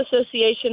Association